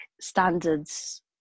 standards